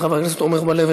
חברת הכנסת עליזה לביא,